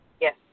Yes